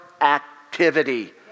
Activity